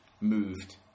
moved